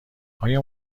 آیا